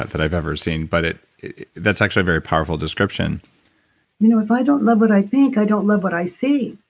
that i've ever seen but that's actually a very powerful description you know, if i don't love what i think, i love what i see.